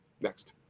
Next